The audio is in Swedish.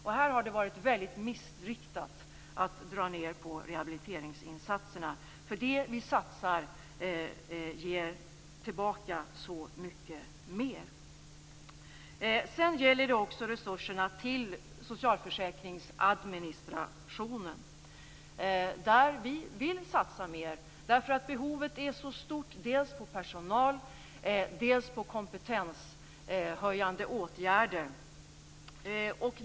Det har varit väldigt missriktat att dra ned på rehabiliteringsinsatserna, för det vi satsar ger tillbaka så mycket mer. Sedan gäller det också resurserna till socialförsäkringsadministrationen, där vi vill satsa mer därför att behovet är så stort. Vi satsar dels på personal, dels på kompetenshöjande åtgärder.